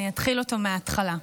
אני אתחיל אותו מההתחלה.